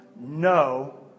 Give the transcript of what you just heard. No